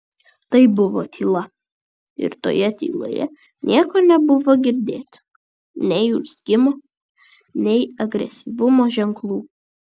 tai buvo tyla ir toje tyloje nieko nebuvo girdėti nei urzgimo nei agresyvumo ženklų